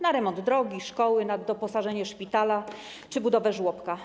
Na remont drogi, szkoły, na doposażenie szpitala czy budowę żłobka.